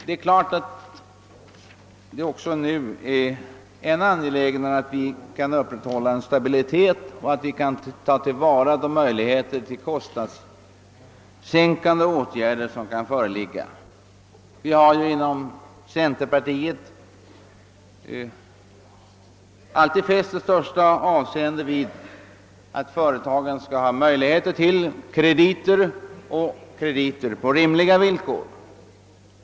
Det är klart att det nu är ännu angelägnare att kunna upprätthålla stabilitet och tillvarata möjligheterna att sänka kostnaderna. Inom centerpartiet har vi alltid fäst största avseende vid att företagen skall kunna få krediter och detta på rimliga villkor.